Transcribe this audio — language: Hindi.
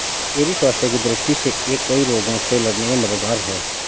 चेरी स्वास्थ्य की दृष्टि से यह कई रोगों से लड़ने में मददगार है